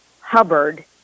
Hubbard